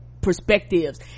perspectives